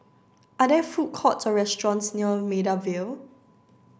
are there food courts or restaurants near Maida Vale